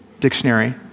dictionary